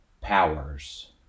powers